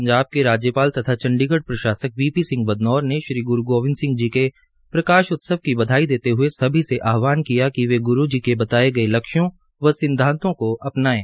पंजाब के राज्यपाल तथा चंडीगढ़ के प्रशासक वी पी सिंह बदनौर ने श्री ग्रू गोबिंद सिंह जी के प्रकाशोत्सव की बधाई देते हये सभी से आहवानकिया कि वे ग्रू जी के बताये गए लक्ष्यों व सिद्वांतो को अपनाएं